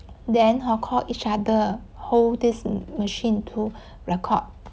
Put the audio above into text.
then hor call each other hold this machine to record